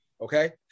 Okay